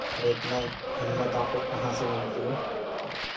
और इतना हिम्मत आपको कहाँ से मिलती है